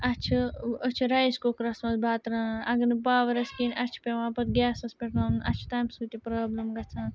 اَسہِ چھِ أسۍ چھِ رایِس کُکرَس مَنٛز بَتہٕ رنان اَگر نہٕ پاوَر اَسہِ کِہیٖنۍ اَسہِ چھُ پٮ۪وان پَتہٕ گیسَس پٮ۪ٹھ رَنُن اَسہِ چھُ تَمہِ سۭتۍ تہِ پرٛابلِم گَژھان